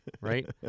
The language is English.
Right